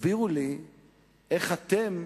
תסבירו לי איך אתם,